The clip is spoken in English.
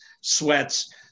sweats